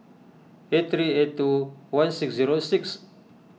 eight three eight two one six zero six